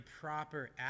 proper